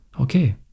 Okay